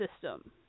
system